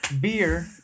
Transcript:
Beer